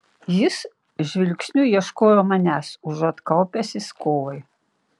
jis žvilgsniu ieškojo manęs užuot kaupęsis kovai